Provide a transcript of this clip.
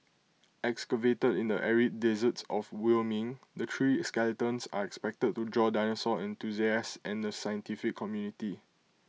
excavated in the arid deserts of Wyoming the three skeletons are expected to draw dinosaur enthusiast and the scientific community